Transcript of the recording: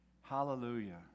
hallelujah